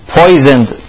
poisoned